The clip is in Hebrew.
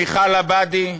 מיכל עבאדי,